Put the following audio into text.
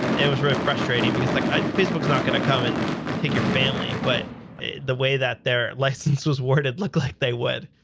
it was very frustrating, because like ah facebook is not going to come and take your family. but the way that their license was worded looked like they would.